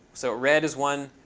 so red is one.